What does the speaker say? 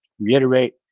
reiterate